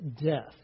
death